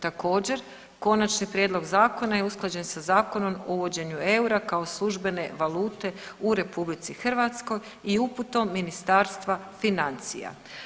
Također konačni prijedlog zakona je usklađen sa Zakonom o uvođenjem eura kao službene valute u RH i uputom Ministarstva financija.